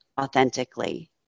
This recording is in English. authentically